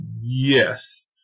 Yes